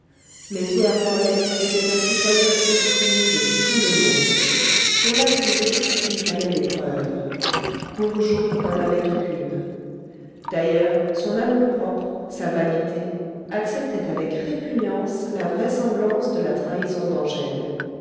mais pierre morlaix était un citoyen estimé de tout le monde pour l'accuser il fallait des preuves bourgeot n'en avait aucune d'ailleurs son amour-propre sa vanité acceptaient avec répugnance la vraisemblance de la trahison d'angèle